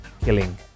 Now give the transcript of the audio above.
killing